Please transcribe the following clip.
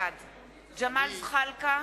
בעד ג'מאל זחאלקה,